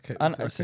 Okay